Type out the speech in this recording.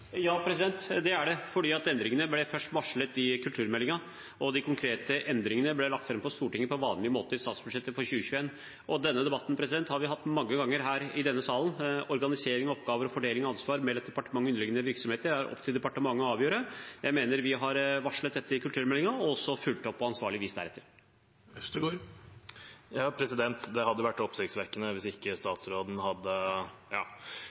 Ja, det er det, for endringene ble først varslet i kulturmeldingen, og de konkrete endringene ble lagt fram for Stortinget på vanlig måte i forbindelse med statsbudsjettet for 2021. Denne debatten har vi hatt mange ganger her i denne salen. Organisering av oppgaver og fordeling av ansvar mellom et departement og underliggende virksomheter er opp til departementet å avgjøre. Jeg mener vi har varslet dette i kulturmeldingen og også fulgt opp på ansvarlig vis deretter. Det hadde vært oppsiktsvekkende hvis ikke statsråden hadde